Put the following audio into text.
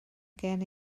gen